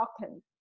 token